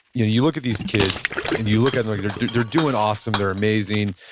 you you look at these kids and you look at them like they're they're doing awesome, they're amazing,